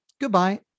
Goodbye